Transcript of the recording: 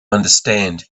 understand